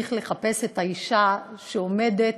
צריך לחפש את האישה שעומדת,